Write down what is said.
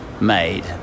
made